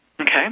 Okay